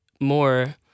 more